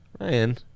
Ryan